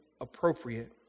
appropriate